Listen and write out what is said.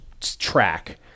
track